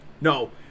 no